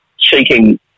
seeking